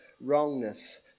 wrongness